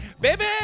Baby